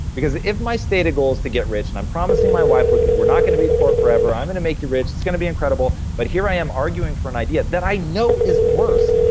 because if my stated goal is to get rich, and i'm promising my wife, look, we're not going to be poor forever. i'm going to make you rich. it's going to be incredible. but here i am arguing for an idea that i know is worse,